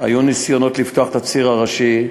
היו ניסיונות לפתוח את הציר הראשי,